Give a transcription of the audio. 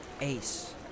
Ace